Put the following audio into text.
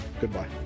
Goodbye